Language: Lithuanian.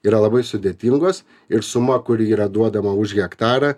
yra labai sudėtingos ir suma kuri yra duodama už hektarą